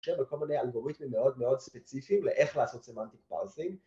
‫יש לכם כל מיני אלגוריתמים ‫מאוד מאוד ספציפיים ‫לאיך לעשות סמנטיק פרסינג.